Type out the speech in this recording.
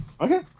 Okay